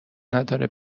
نداره